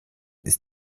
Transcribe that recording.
ist